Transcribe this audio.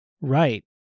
Right